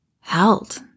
held